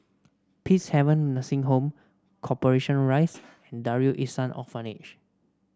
Peacehaven Nursing Home Corporation Rise and Darul Ihsan Orphanage